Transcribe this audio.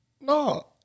No